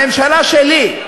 הממשלה שלי,